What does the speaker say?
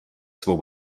svou